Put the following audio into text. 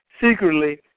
secretly –